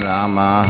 Rama